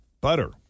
Butter